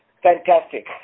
Fantastic